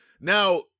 Now